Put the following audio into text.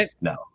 No